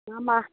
मा मा